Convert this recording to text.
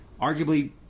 arguably